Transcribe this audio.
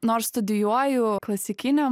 nors studijuoju klasikinę